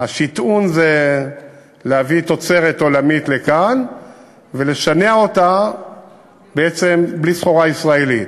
שטעון זה להביא תוצרת עולמית לכאן ולשנע אותה בעצם בלי סחורה ישראלית.